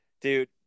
dude